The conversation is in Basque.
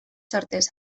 sortzez